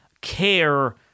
care